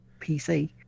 PC